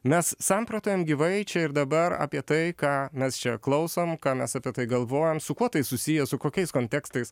mes samprotaujam gyvai čia ir dabar apie tai ką mes čia klausom ką mes apie tai galvojam su kuo tai susiję su kokiais kontekstais